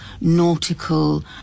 nautical